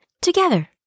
together